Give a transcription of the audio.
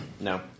No